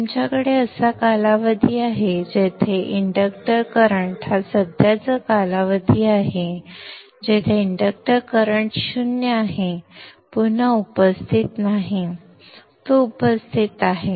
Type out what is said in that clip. तुमच्याकडे असा कालावधी आहे जेथे इंडक्टर करंट हा सध्याचा कालावधी आहे जेथे इंडक्टर करंट 0 आहे पुन्हा उपस्थित नाही तो उपस्थित आहे